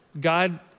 God